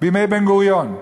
בימי בן-גוריון,